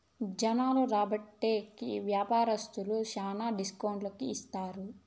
జనాలు రాబట్టే కి వ్యాపారస్తులు శ్యానా డిస్కౌంట్ కి ఇత్తారు